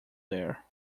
there